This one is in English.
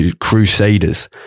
crusaders